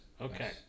Okay